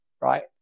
right